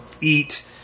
eat